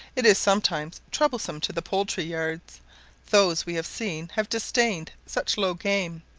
it is sometimes troublesome to the poultry-yards those we have seen have disdained such low game,